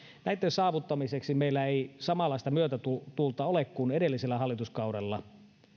saavuttamiseksi meillä ei ole samanlaista myötätuulta kuin edellisellä hallituskaudella